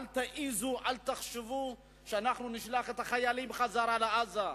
אל תעזו, אל תחשבו שנשלח את החיילים בחזרה לעזה.